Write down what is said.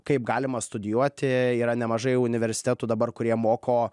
kaip galima studijuoti yra nemažai universitetų dabar kurie moko